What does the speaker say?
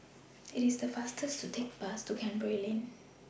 IT IS faster to Take The Bus to Canberra Lane